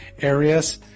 areas